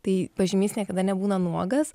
tai pažymys niekada nebūna nuogas